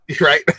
Right